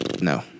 No